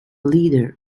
leader